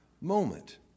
moment